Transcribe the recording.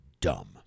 Dumb